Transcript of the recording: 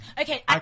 Okay